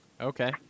Okay